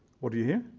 what do you hear?